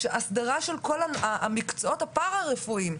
הסדרה של כל המקצועות הפארה רפואיים.